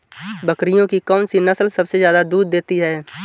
बकरियों की कौन सी नस्ल सबसे ज्यादा दूध देती है?